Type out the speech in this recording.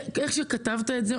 איך שכתבת את זה,